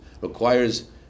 requires